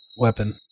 weapon